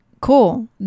cool